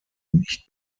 nicht